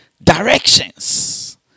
directions